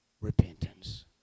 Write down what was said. repentance